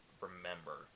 remember